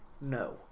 no